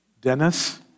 Dennis